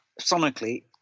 sonically